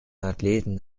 athleten